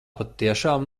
patiešām